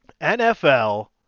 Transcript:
nfl